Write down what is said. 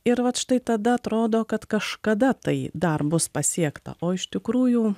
ir vat štai tada atrodo kad kažkada tai dar bus pasiekta o iš tikrųjų